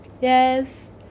yes